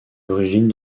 l’origine